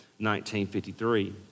1953